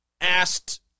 asked